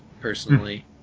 personally